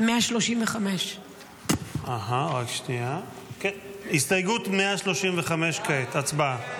135. הסתייגות 135 כעת, הצבעה.